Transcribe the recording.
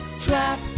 trap